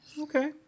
Okay